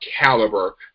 caliber